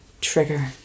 Trigger